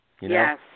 Yes